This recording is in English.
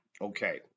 Okay